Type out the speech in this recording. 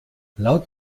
laut